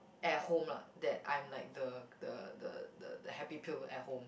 at home lah that I'm like the the the the happy pill at home